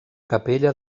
capella